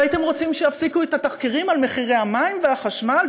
והייתם רוצים שיפסיקו את התחקירים על מחירי המים והחשמל?